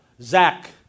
Zach